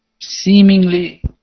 seemingly